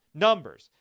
numbers